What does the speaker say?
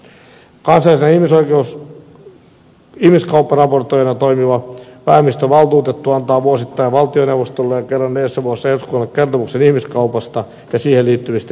kansallisena ihmiskaupparaportoijana toimiva vähemmistövaltuutettu antaa vuosittain valtioneuvostolle ja kerran neljässä vuodessa eduskunnalle kertomuksen ihmiskaupasta ja siihen liittyvistä ilmiöistä